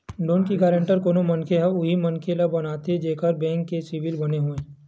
loan के guarantor कोनो मनखे ह उही मनखे ल बनाथे जेखर बेंक के सिविल बने होवय